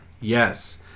Yes